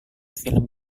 film